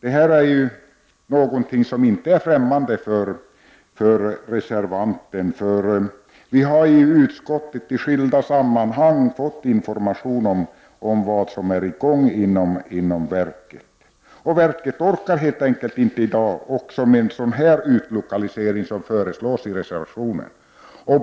Det här är inte någonting som är främmande för reservanten, för vi har i utskottet i skilda sammanhang fått information om vad som är i gång inom verket. Verket orkar helt enkelt inte i dag med också en sådan utlokalisering som föreslås i reservationen.